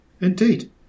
Indeed